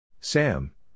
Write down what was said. Sam